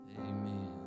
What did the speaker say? Amen